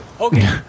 Okay